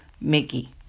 Mickey